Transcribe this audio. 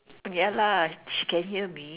ya lah she can hear me